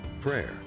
prayer